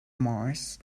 mars